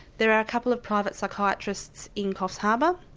there are a couple of private psychiatrists in coffs harbour,